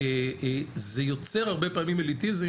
זה יוצר הרבה פעמים אליטיזם,